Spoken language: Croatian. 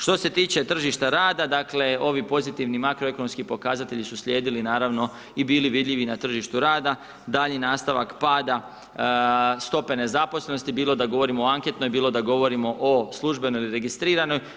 Što se tiče tržišta rada, dakle, ovi pozitivni makroekonomski pokazatelji su slijedili, naravno i bili vidljivi na tržištu rada, daljnji nastavak pada, stope nezaposlenosti, bilo da govorimo o anketnom, bilo da govorimo o službenoj ili registriranoj.